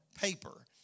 paper